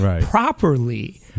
properly